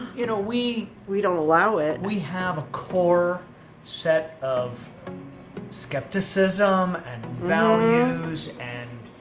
you know we we don't allow it. we have a core set of skepticism and values and